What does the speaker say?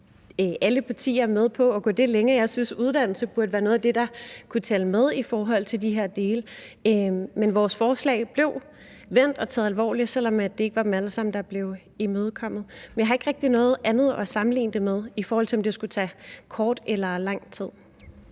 alle partier med på at gå det skridt længere. Jeg synes, at uddannelse burde være noget af det, der kunne tælle med i forhold til de her dele. Men vores forslag blev vendt og taget alvorligt, selv om det ikke var dem alle sammen, der blev imødekommet. Men jeg har ikke rigtig noget andet at sammenligne det med, i forhold til om det skulle tage kort eller lang tid.